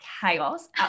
chaos